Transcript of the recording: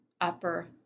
upper